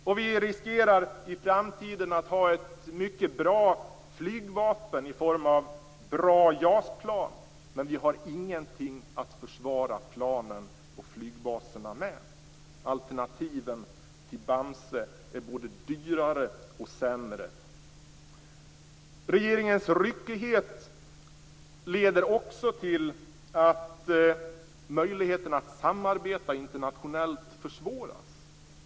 I framtiden riskerar det att bli så att vi kommer att ha ett mycket bra flygvapen i form av bra JAS-plan utan någonting att försvara planen och flygbaserna med. Alternativen till Bamse är både dyrare och sämre. Regeringens ryckighet leder också till att möjligheten att samarbeta internationellt försvåras.